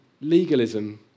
legalism